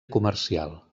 comercial